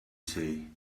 say